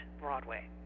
Broadway